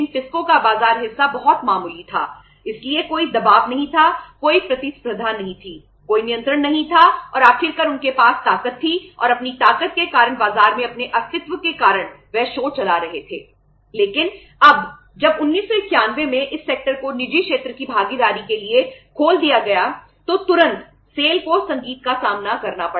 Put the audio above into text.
टिस्को को संगीत का सामना करना पड़ा